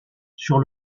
sur